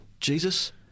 Jesus